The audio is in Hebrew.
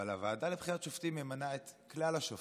אבל הוועדה לוועדת שופטים ממנה את כל השופטים.